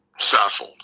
Saffold